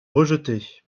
rejeter